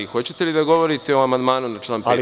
Hoćete li da govorite o amandmanu na član 5?